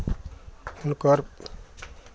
हुनकर